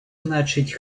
значить